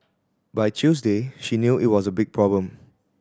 by Tuesday she knew it was a big problem